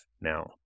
now